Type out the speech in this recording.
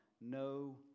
No